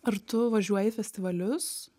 ar tu važiuoji į festivalius